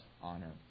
honor